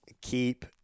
keep